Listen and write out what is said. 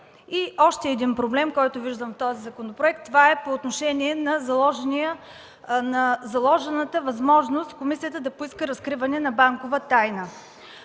И още един проблем, който виждам в закона, е по отношение на заложената възможност комисията да поиска разкриване на банкова тайна.